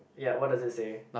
ya what does it say